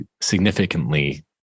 significantly